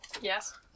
Yes